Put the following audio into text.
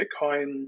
bitcoin